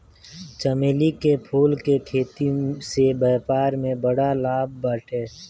चमेली के फूल के खेती से व्यापार में बड़ा लाभ बाटे